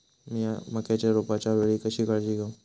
मीया मक्याच्या रोपाच्या वेळी कशी काळजी घेव?